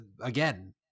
again